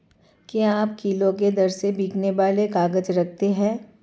क्या आप किलो के दर से बिकने वाले काग़ज़ रखते हैं?